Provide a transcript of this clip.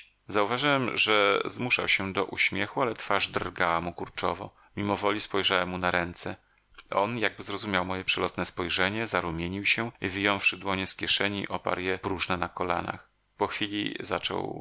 zauważyłem że zmuszał się do uśmiechu ale twarz drgała mu kurczowo mimowoli spojrzałem mu na ręce on jakby zrozumiał moje przelotne spojrzenie zarumienił się i wyjąwszy dłonie z kieszeni oparł je próżne na kolanach po chwili zaczął